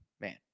man